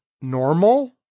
normal